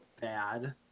bad